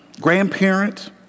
grandparent